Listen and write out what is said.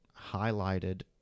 highlighted